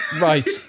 Right